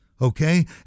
Okay